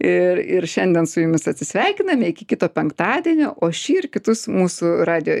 ir ir šiandien su jumis atsisveikiname iki kito penktadienio o šį ir kitus mūsų radijo